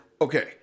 Okay